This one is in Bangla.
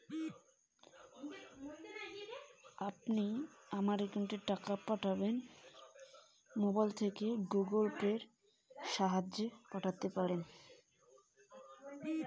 আমার একাউন্ট থেকে অন্য কারো একাউন্ট এ কি করে টাকা পাঠাবো?